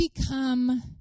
become